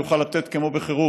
הוא יוכל לתת בפריפריה,